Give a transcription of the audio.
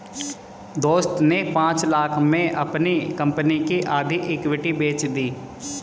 दोस्त ने पांच लाख़ में अपनी कंपनी की आधी इक्विटी बेंच दी